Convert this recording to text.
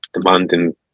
demanding